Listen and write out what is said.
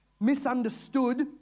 misunderstood